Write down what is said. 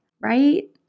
right